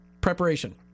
preparation